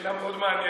שאלה מאוד מעניינת.